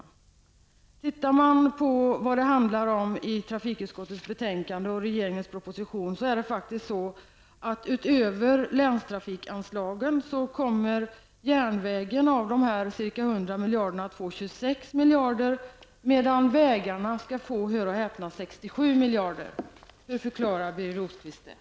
Enligt vad som framkommer i trafikutskottets betänkande och regeringens proposition kommer utöver länstrafikanslagen järnvägen av de ca 100 miljarder kronorna att få 26 miljarder kronor, medan vägarna skall få, hör och häpna, 67 miljarder kronor. Hur förklarar Birger Rosqvist det?